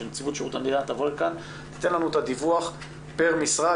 שנציבות שירות המדינה תבוא לכאן ותתן לנו את הדיווח פר משרד,